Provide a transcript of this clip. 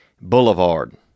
Boulevard